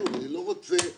אני לא רוצה לקחת,